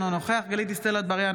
אינו נוכח גלית דיסטל אטבריאן,